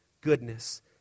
goodness